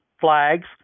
flags